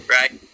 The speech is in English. Right